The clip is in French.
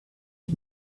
qui